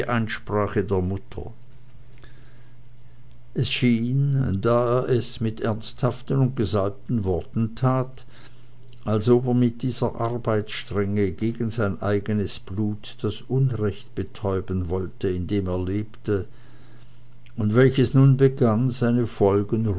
einsprache der mutter es schien da er es mit ernsthaften und gesalbten worten tat als ob er mit dieser arbeitsstrenge gegen sein eigenes blut das unrecht betäuben wollte in dem er lebte und welches nun begann seine folgen